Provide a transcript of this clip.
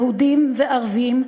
יהודים וערבים,